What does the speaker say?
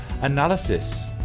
analysis